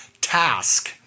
task